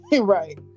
Right